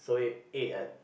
so he ate at